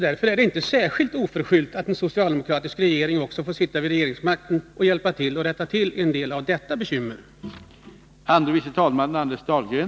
Därför är det inte särskilt oförskyllt att en socialdemokratisk regering också får sitta vid regeringsmakten och hjälpa till att rätta till en del av de bekymmer som beror därpå.